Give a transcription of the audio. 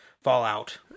fallout